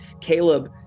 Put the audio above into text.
Caleb